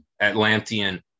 Atlantean